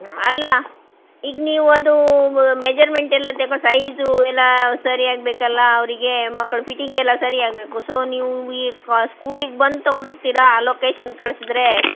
ಅಲ್ಲ ಈಗ ನೀವು ಅದು ಮೆಜರ್ಮೆಂಟ್ ಎಲ್ಲ ತಗೊಂಡು ಸೈಜು ಎಲ್ಲ ಸರಿಯಾಗಬೇಕಲ್ಲ ಅವರಿಗೆ ಮಕ್ಕಳು ಫಿಟ್ಟಿಂಗ್ ಎಲ್ಲ ಸರಿಯಾಗಬೇಕು ಸೊ ನೀವು ಈ ಸ್ಕೂಲಿಗೆ ಬಂದು ತಗೊಂಡು ಹೋಗ್ತೀರಾ ಲೊಕೇಶನ್ ಕಳಿಸಿದ್ರೆ